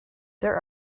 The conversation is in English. there